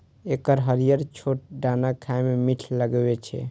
एकर हरियर छोट दाना खाए मे मीठ लागै छै